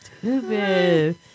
stupid